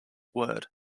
word